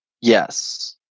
Yes